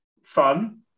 fun